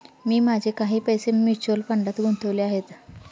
मी माझे काही पैसे म्युच्युअल फंडात गुंतवले आहेत